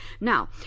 Now